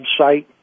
website